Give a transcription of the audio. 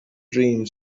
dream